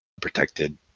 protected